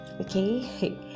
Okay